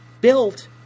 built